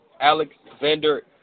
Alexander